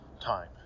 Time